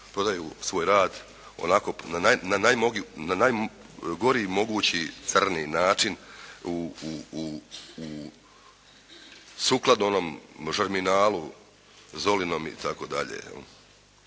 prodaju svoj rad onako na najgori mogući crni način sukladno onom “Germinalu“ Zolinom itd.